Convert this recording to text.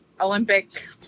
Olympic